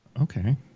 Okay